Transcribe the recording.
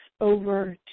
over